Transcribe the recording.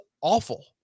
awful